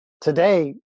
Today